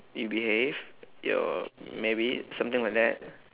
you behave you're married something like that